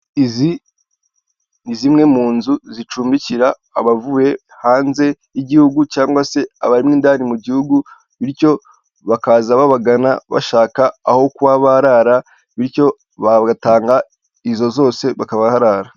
Izi ni zimwe mu nzu zicumbikira abavuye hanze y'igihugu cyangwa se abarimo indani mu gihugu bityo bakaza babagana bashaka aho kuba barara bityo bagatanga izo zose bakaharara.